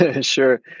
Sure